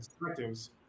perspectives